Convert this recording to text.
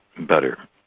better